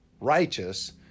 righteous